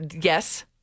Yes